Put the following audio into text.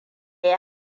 yi